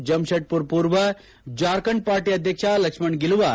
ಜೆಮ್ಶೆಡ್ಮರ್ ಷೂರ್ವ ಜಾರ್ಖಂಡ್ ಪಾರ್ಟ ಅಧ್ಯಕ್ಷ ಲಕ್ಷ್ಮಣ್ ಗಿಲುವಾ